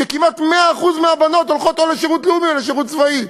כשכמעט 100% מהבנות הולכות או לשירות לאומי או לשירות צבאי.